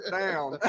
down